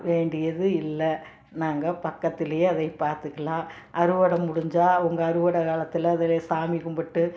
வேண்டியது இல்லை நாங்கள் பக்கத்துலேயே அதைய பார்த்துக்குலாம் அறுவடை முடிஞ்சால் அவங்க அறுவடை காலத்தில் அதுலே சாமி கும்பிட்டு